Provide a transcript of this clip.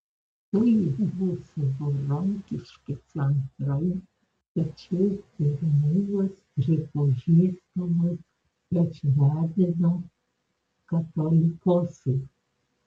tai du savarankiški centrai tačiau pirmumas pripažįstamas ečmiadzino katolikosui